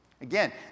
Again